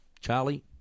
Charlie